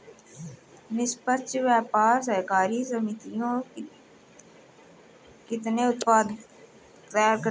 निष्पक्ष व्यापार सहकारी समितियां कितने उत्पाद तैयार करती हैं?